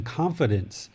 confidence